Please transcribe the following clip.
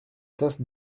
tasse